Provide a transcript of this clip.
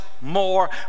more